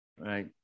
Right